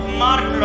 mark